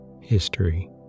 History